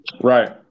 Right